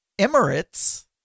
Emirates